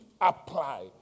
apply